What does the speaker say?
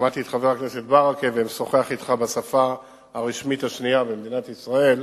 שמעתי את חבר הכנסת ברכה משוחח אתך בשפה הרשמית השנייה במדינת ישראל,